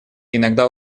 иногда